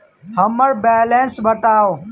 हम्मर बैलेंस बताऊ